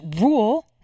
rule